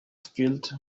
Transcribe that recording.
filled